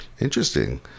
Interesting